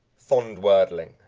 fond worldling,